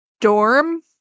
Dorm